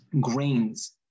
Grains